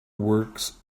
works